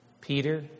Peter